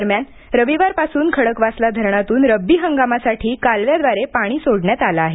दरम्यान रविवारपासुन खडकवासला धरणातून रब्बी हंगामासाठी कालव्याद्वारे पाणी सोडण्यात आलं आहे